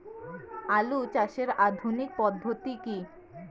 আলু চাষের আধুনিক পদ্ধতি কি?